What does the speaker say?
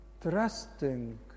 trusting